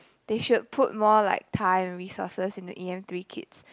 they should put more like time resources into e_m three kids